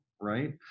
right